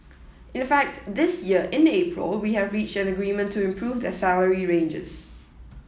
in fact this year in April we have reached an agreement to improve their salary ranges